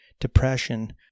depression